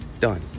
done